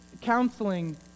counseling